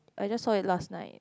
I just saw it last night